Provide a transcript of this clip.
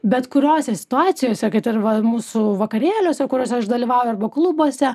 bet kuriose situacijose kai ir va mūsų vakarėliuose kuriuose aš dalyvauju arba klubuose